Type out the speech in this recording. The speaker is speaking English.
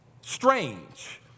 strange